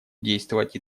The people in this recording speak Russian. действовать